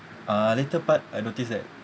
uh later part I notice that